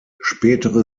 spätere